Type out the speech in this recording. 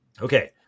Okay